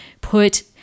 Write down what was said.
put